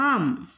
आम्